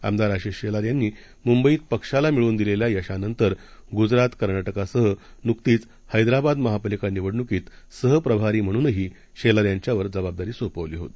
आमदारआशिषशेलारयांनीमुंबईतपक्षालामिळवूनदिलेल्यायशानंतरगुजरात कर्नाटकसहनुकतीचहैदराबादमहापालिकानिवडणुकीतसहप्रभारीम्हणूनहीआशिषशेलारयांच्यावरजबाबदारीसोपवलीहोती